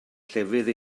llefydd